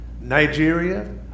Nigeria